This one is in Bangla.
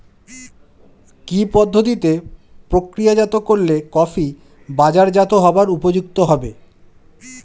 কি পদ্ধতিতে প্রক্রিয়াজাত করলে কফি বাজারজাত হবার উপযুক্ত হবে?